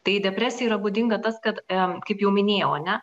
tai depresija yra būdinga tas kad em kaip jau minėjau ane